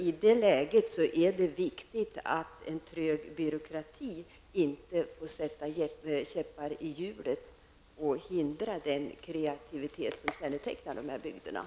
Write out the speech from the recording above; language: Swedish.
I det läget är det viktigt att se till att en trög byråkrati inte får sätta käppar i hjulet och hindra den kreativitet som kännetecknar dessa bygder.